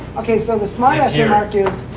ok, so the smart-ass yeah remark is,